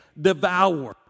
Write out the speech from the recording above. devour